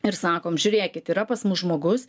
ir sakom žiūrėkit yra pas mus žmogus